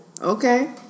Okay